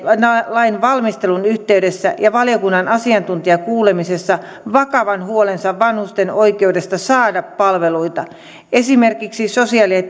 lain valmistelun yhteydessä ja valiokunnan asiantuntijakuulemisessa vakavan huolensa vanhusten oikeudesta saada palveluita esimerkiksi sosiaali ja